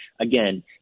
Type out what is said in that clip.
again